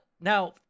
now